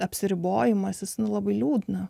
apsiribojimas nu labai liūdna